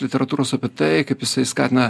literatūros apie tai kaip jisai skatina